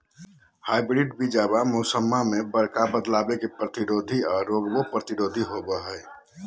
hybrid बीजावा मौसम्मा मे बडका बदलाबो के प्रतिरोधी आ रोगबो प्रतिरोधी होबो हई